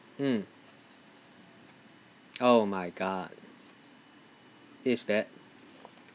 mm oh my god it's bad